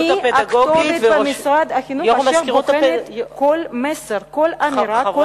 מי הכתובת במשרד החינוך אשר בוחנת כל מסר כל אמירה או טענה,